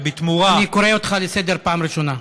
אני קורא אותך לסדר פעם ראשונה.